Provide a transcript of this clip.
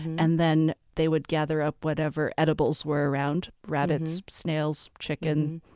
and then they would gather up whatever edibles were around rabbits, snails, chicken,